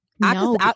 No